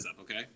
okay